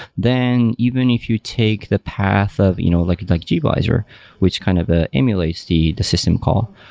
then even if you take the path of you know like it's like gvisor which kind of ah emulates the the system call,